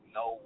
no